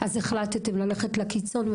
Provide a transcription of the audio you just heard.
אז החלטתם ללכת לקיצון,